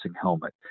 helmet